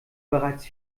bereits